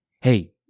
hey